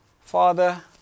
Father